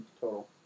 total